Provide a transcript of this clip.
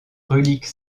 relique